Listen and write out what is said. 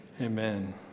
Amen